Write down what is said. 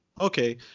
Okay